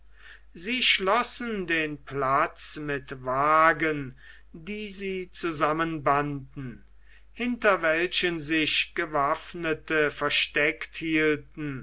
sie schlossen den platz mit wagen die sie zusammenbanden hinter welchen sich gewaffnete versteckt hielten